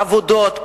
עבודות,